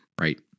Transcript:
Right